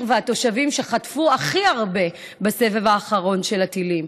של התושבים שחטפו הכי הרבה בסבב האחרון של הטילים.